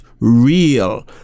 Real